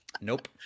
Nope